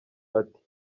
ati